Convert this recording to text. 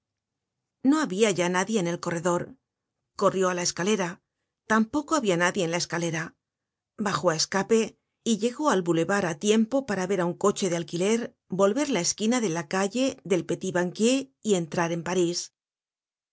no habia ya nadie en el corredor corrió á la escalera tampoco habia nadie en la escalera bajó á escape y llegó al boulevard á tiempo para ver á un coche de alquiler volver la esquina de la calle del petit banquier y entrar en parís